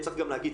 צריך גם להגיד,